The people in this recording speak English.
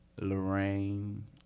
lorraine